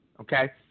Okay